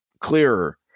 clearer